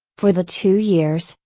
for the two years,